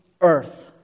earth